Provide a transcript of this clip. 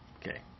Okay